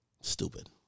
Stupid